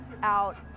out